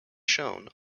shown